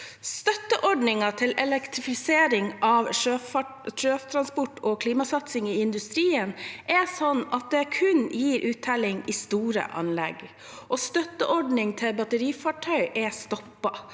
Støtteordningen for elektrifisering av sjøtransport og klimasatsing i industrien er slik at det kun gir uttelling i store anlegg. Støtteordning for batterifartøy er stoppet.